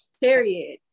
period